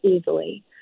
easily